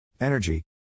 energy